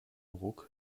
ruck